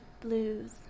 Blues